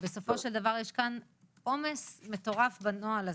בסופו של דבר יש פה עומס מטורף בנוהל הזה,